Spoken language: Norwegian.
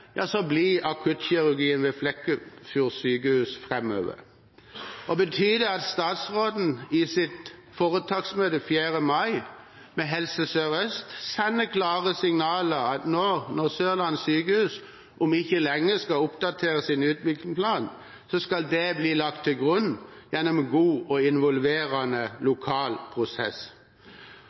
akuttkirurgien blir ved Flekkefjord sykehus framover? Og betyr det at statsråden i sitt foretaksmøte 4. mai med Helse Sør-Øst sender klare signaler om at nå, når Sørlandet sykehus om ikke lenge skal oppdatere sin utviklingsplan, så skal dette bli lagt til grunn, gjennom en god og involverende lokal prosess?